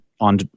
on